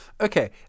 Okay